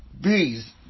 bees